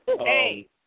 hey